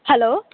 hello